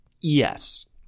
yes